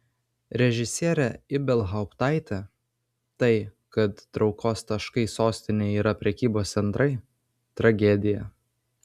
režisierė ibelhauptaitė tai kad traukos taškai sostinėje yra prekybos centrai tragedija